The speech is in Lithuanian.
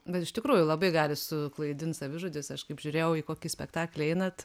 bet iš tikrųjų labai gali suklaidint savižudis aš kaip žiūrėjau į kokį spektaklį einat